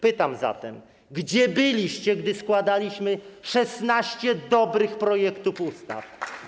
Pytam zatem: Gdzie byliście, gdy składaliśmy 16 dobrych projektów ustaw?